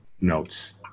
notes